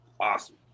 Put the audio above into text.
Awesome